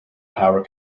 power